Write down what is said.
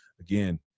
again